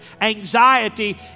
anxiety